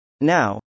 Now